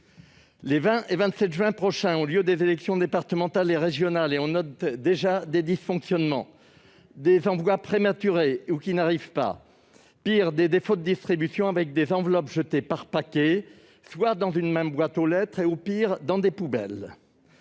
Les 20 et 27 juin prochain ont lieu les élections départementales et régionales, et l'on note déjà des dysfonctionnements : des envois prématurés ou qui n'arrivent pas, et, pis encore, des défauts de distribution, avec des enveloppes jetées par paquets, soit dans une même boîte aux lettres, soit dans des poubelles.